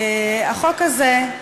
החוק הזה,